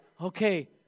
okay